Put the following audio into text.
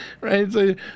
Right